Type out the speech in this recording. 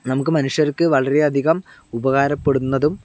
നമുക്ക് മനുഷ്യർക്ക് വളരെയധികം ഉപകാരപ്പെടുന്നതും